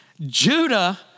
Judah